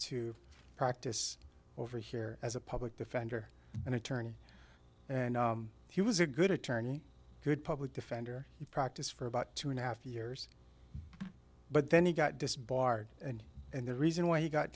to practice over here as a public defender and attorney and he was a good attorney good public defender you practice for about two and a half years but then he got disbarred and and the reason why he got